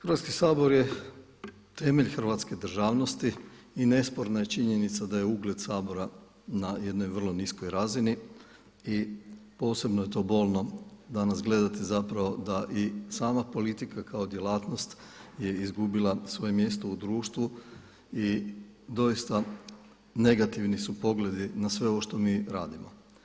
Hrvatski sabor je temelj hrvatske državnosti i nesporna je činjenica da je ugled Sabora na jednoj vrlo niskoj razini i posebno je to bolno danas gledati zapravo da i sama politika kao djelatnost je izgubila svoje mjesto u društvu i doista negativni su pogledi na sve ovo što mi radimo.